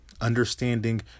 Understanding